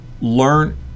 learn